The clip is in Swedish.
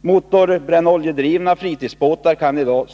Motorbrännoljedrivna fritidsbåtar kan i dag